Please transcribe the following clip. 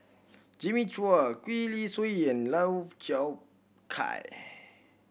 Jimmy Chua Gwee Li Sui and Lau Chiap Khai